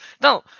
Now